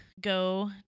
go